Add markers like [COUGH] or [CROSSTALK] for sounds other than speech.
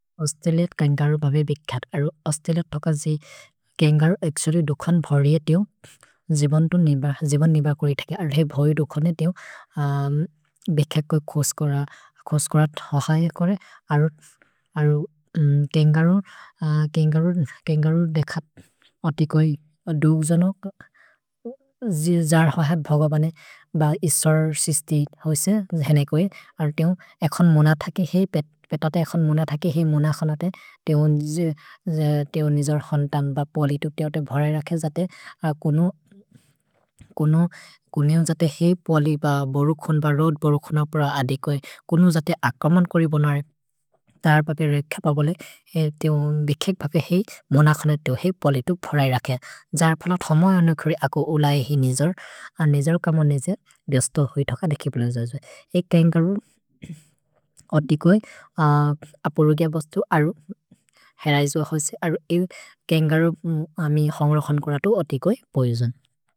अस्तेलेत् केन्गरो भबे बिख्यत्। अस्तेलेत् तोक जे केन्गरो एक्सोरि दुखन् भर्ये तेओ। जिबन् तु निब, जिबन् निब कोरि थकि। अर्धे भै दुखने तेओ। [HESITATION] भिख्यत् कोइ खोस् कोर, खोस् कोर थहये कोरे। अरु केन्गरो [HESITATION] देख अति कोइ दुजनो। जिर् [HESITATION] जर् हहत् भगवने ब इस्वर् शिस्ति होइसे। अरु तेओ एखोन् मोन थकि हेइ पेतते, एखोन् मोन थकि हेइ मोनखनते। तेओ [HESITATION] निजोर् होन्तम् ब पोलितुप् तेओ ते भरये रखे जते। कुनो [HESITATION] जते हेइ पोलि ब बरु खुन् ब रोद् बरु खुन प्र अदि कोइ। कुनो जते आकमन् कोरि बनरे। तर् भबेरे खेप बोले, तेओ बिख्यत् भके हेइ मोनखनते तेओ हेइ पोलितुप् भरये रखे। जर् फल थमयने खोरि अको उलए हेइ निजोर्। अ निजोर् कमो निजोर् रस्तो होइ थक देखि पोल जते। एक् केन्गरो अति कोइ अपुरुगिअ बस्तु अरु। हेल इस्व होइसे अरु। ए केन्गरो मि होन्ग्रो खोन् कोर तु अति कोइ पोइसोन्।